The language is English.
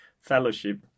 fellowship